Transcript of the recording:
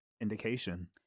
indication